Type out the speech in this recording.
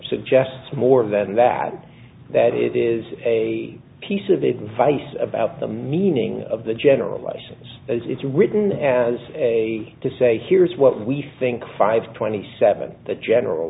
suggests more than that that it is a piece of advice about the meaning of the generalisations as it's written as a to say here's what we think five twenty seven the general